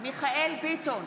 מרדכי ביטון,